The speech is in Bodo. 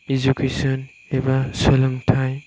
इजुकेशोन एबा सोलोंथाइ